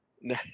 No